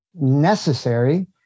necessary